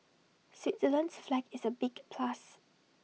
Switzerland's flag is A big plus